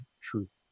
truth